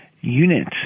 unit